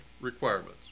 requirements